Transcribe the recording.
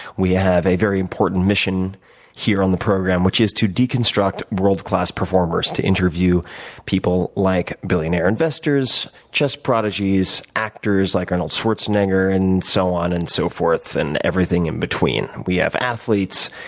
we ah have a very important mission here on the program, which is to deconstruct world class performers to interview people like billionaire investors, chess prodigies, actors like our arnold schwarzenegger, and so on and so forth and everything in between. we have athletes.